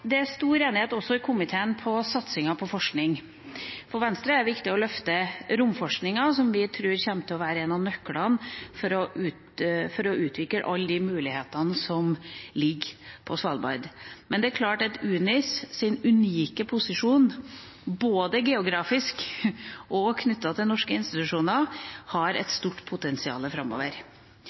Det er også stor enighet i komiteen om satsingen på forskning. For Venstre er det viktig å løfte romforskningen, som vi tror kommer til å være en av nøklene til å utvikle alle de mulighetene som ligger på Svalbard. Men det er klart at UNIS’ unike posisjon både geografisk og knyttet til norske institusjoner har et stort potensial framover.